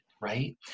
right